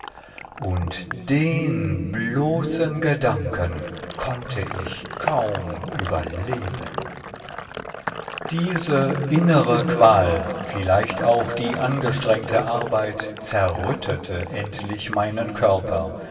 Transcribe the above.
und den bloßen gedanken konnte ich kaum überleben diese innere qual vielleicht auch die angestrengte arbeit zerrüttete endlich meinen körper